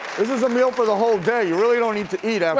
this is a meal for the whole day, you really don't need to eat um